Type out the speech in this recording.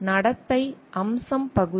நடத்தை அம்சம் பகுதியில்